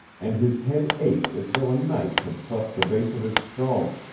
and his head ached as though a knife had cleft the base of his skull.